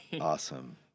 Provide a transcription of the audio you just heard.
Awesome